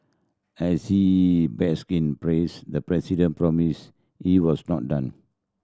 as he bask in praise the president promise he was not done